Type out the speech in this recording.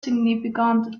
significant